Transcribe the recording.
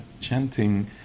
chanting